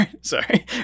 sorry